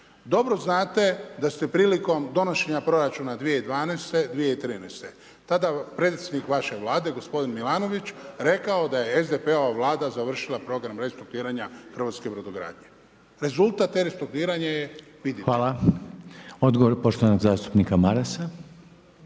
dobro znate da ste prilikom donošenja proračuna 2012./2013. tada predsjednik vaše Vlade, gospodin Milanović rekao da je SDP-ova Vlada završila program restruktuiranja hrvatske brodogradnje. Rezultat tog restruktuiranja je vidite. **Reiner, Željko (HDZ)** Hvala. Odgovor poštovanog zastupnika Marasa.